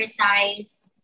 prioritize